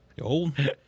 old